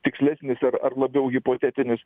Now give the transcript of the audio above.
tikslesnis ar ar labiau hipotetinis